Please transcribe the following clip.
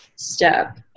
step